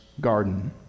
garden